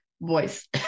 voice